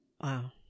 Wow